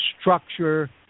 structure